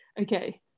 Okay